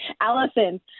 Allison